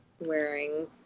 wearing